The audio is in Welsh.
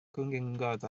cwningod